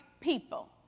people